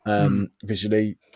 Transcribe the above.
visually